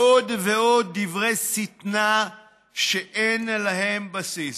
עוד ועוד דברי שטנה שאין להם בסיס.